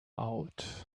out